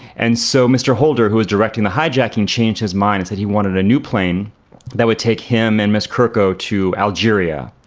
and so mr holder who was directing the hijacking changed his mind said he wanted a new plane that would take him and miss kerkow to algeria.